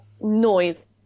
noise